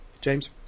James